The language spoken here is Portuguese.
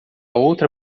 outra